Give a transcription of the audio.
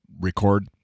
record